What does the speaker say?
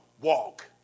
walk